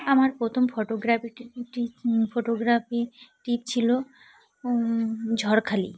আমার প্রথম ফটোগ্রাফি টি ফটোগ্রাফি ট্রিপ ছিল ঝড়খালি